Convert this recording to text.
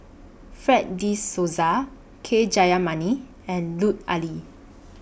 Fred De Souza K Jayamani and Lut Ali